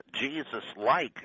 Jesus-like